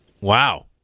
wow